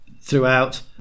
throughout